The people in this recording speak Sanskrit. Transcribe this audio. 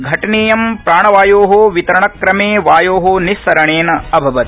घटनेयं प्राणावायो वितरणक्रमे वायो निस्सरणेन अभवत